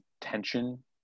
tension